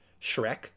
shrek